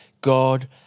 God